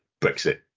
Brexit